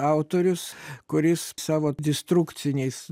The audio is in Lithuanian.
autorius kuris savo destrukciniais